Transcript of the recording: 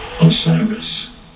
Osiris